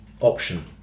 option